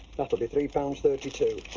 that'll be three pounds thirty two.